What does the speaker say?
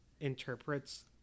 interprets